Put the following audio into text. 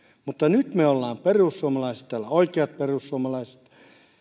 mutta nyt kun me olemme perussuomalaiset täällä oikeat perussuomalaiset